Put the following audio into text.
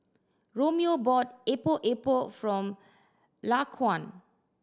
Romeo bought Epok Epok from Laquan